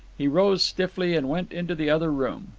he rose stiffly and went into the other room.